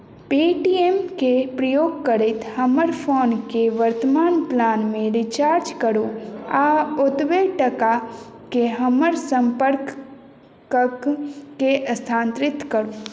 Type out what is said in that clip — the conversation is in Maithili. पेटीएमके प्रयोग करैत हमर फोनके वर्तमान प्लानमे रिचार्ज करू आ ओतबे टाकाकेँ हमर सम्पर्ककेँ स्थानान्तरित करू